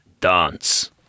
dance